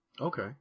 okay